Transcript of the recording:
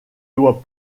doit